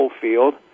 field